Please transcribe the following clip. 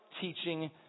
teaching